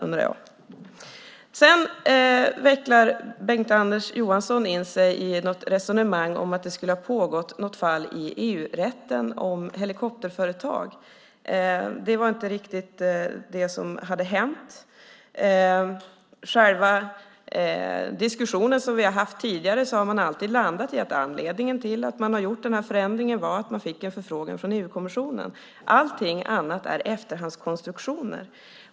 Sedan vecklar Bengt-Anders Johansson in sig i något resonemang om att det skulle ha pågått något fall i EU-rätten om helikopterföretag. Det är inte riktigt det som har hänt. I diskussionen som vi har haft tidigare har man alltid landat i att anledningen till den här förändringen var att man fick en förfrågan från EU-kommissionen. Allting annat är efterhandskonstruktioner.